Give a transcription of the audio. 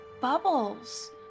bubbles